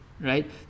right